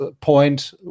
point